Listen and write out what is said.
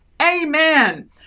amen